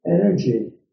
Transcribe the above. energy